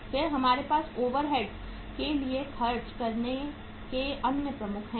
फिर हमारे पास ओवरहेड्स के लिए खर्च करने के अन्य प्रमुख हैं